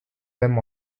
them